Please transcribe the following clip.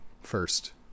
first